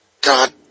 God